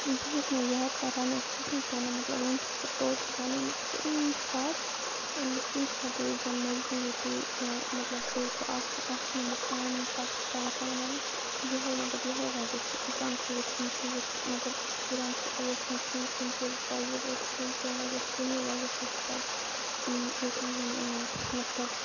بہٕ چھَس نہٕ زیادٕ تَر رَنان کِہیٖنۍ تِنہٕ مطلب وٕنۍ چھَس بہٕ ٹوٹلی رَنٲنی کُنہِ ساتہٕ کُنہِ ساتہٕ ییٚلہِ زَنہٕ مجبوٗری پے یا مطلب بیٚیہِ کانٛہہ آپشَن آسہِ مےٚ نہِ پانہٕ پَتہٕ چھِ پٮ۪وان پانہٕ رَنُن یِہوٚے مطلب یِہوٚے وَجہ چھِ اِنسانَس ییٚلہِ کُنہِ چیٖزُک مطلب اٮ۪کٕسپیٖرینسٕے اوس نہٕ کینٛہہ کُنہِ چیٖزُک تجرُبہٕ اوس نہٕ کِہیٖنۍ تَمہِ وجہ سۭتۍ تَمی وَجہ سۭتۍ چھِ پَتہٕ ییٖژاہ یِم یِوان مطلب